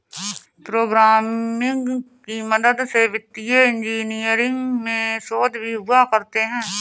programming की मदद से वित्तीय इन्जीनियरिंग में शोध भी हुआ करते हैं